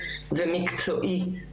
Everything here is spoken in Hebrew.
מקצועי,